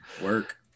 Work